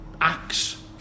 acts